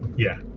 yeah.